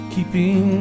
Keeping